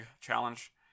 challenge